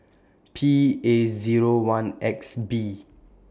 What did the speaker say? P A Zero one X B